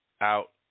out